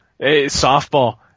softball